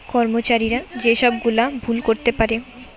কর্মচারীরা যে সব গুলা ভুল করতে পারে